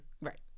Right